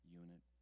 unit